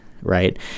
right